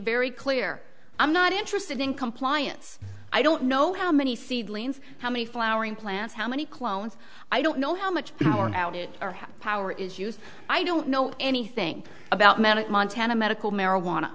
very clear i'm not interested in compliance i don't know how many seedlings how many flowering plants how many clones i don't know how much power outage or power issues i don't know anything about manic montana medical marijuana